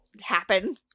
happen